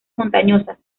montañosas